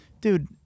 dude